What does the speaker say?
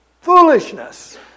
Foolishness